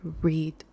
read